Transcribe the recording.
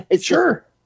Sure